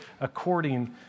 according